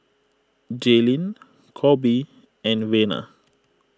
Jaylene Coby and Vena